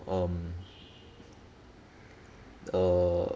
um err